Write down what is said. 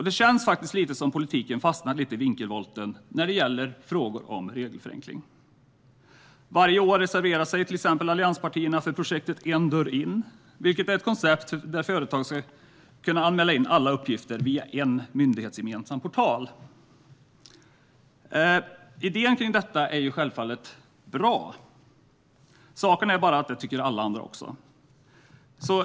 Det känns faktiskt lite som att politiken har fastnat i vinkelvolten när det gäller frågor om regelförenkling. Varje år reserverar sig till exempel allianspartierna för projektet En dörr in, vilket är ett koncept där företag ska anmäla alla uppgifter via en myndighetsgemensam portal. Idén om detta är självfallet bra. Saken är bara att det tycker alla andra också.